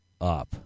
up